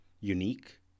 unique